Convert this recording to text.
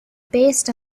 based